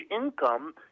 income